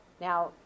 Now